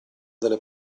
delle